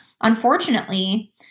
Unfortunately